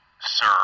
sir